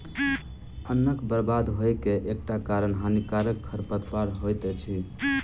अन्नक बर्बाद होइ के एकटा कारण हानिकारक खरपात होइत अछि